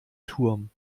turm